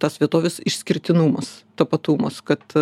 tas vietovės išskirtinumas tapatumus kad